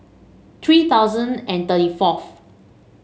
three thousand and thirty fourth